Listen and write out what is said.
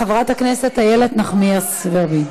חברת הכנסת איילת נחמיאס ורבין.